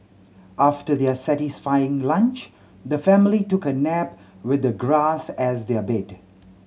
after their satisfying lunch the family took a nap with the grass as their bed